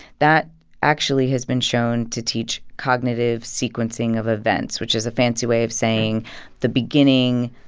that actually has been shown to teach cognitive sequencing of events, which is a fancy way of saying the beginning,